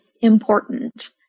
important